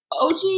OG